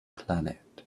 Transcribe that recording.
planet